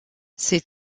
ses